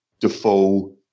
Defoe